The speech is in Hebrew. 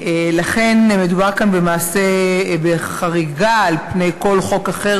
ולכן מדובר כאן בחריגה על פני כל חוק אחר